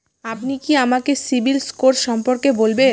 আপনি কি আমাকে সিবিল স্কোর সম্পর্কে বলবেন?